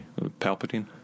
palpatine